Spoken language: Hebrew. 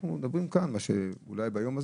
אנחנו מדברים כאן, אולי ביום הזה,